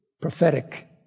prophetic